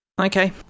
Okay